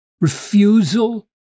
refusal